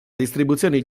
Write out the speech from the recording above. distribuzioni